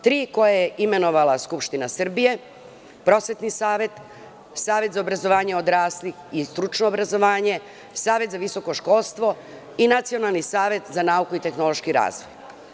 Tri koje je imenovala Skupština Srbije - Prosvetni savet, Savet za obrazovanje odraslih i stručno obrazovanje, Savet za visoko školstvo i Nacionalni savet za nauku i tehnološki razvoj.